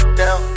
down